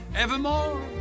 evermore